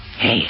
Hey